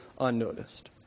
unnoticed